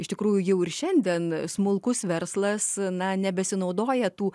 iš tikrųjų jau ir šiandien smulkus verslas na nebesinaudoja tų